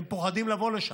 הם פוחדים לבוא לשם,